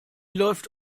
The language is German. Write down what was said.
läuft